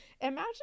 imagine